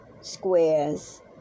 squares